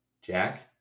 Jack